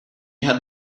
had